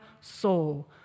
soul